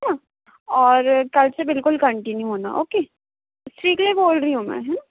है न और कल से बिल्कुल कन्टिन्यू होना ओके स्ट्रिकली बोल रही हूँ मैं है न